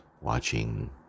watching